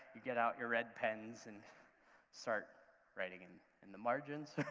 you get out your red pens and start writing in the margins,